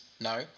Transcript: No